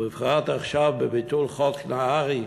בפרט עכשיו, בביטול חוק נהרי,